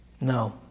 No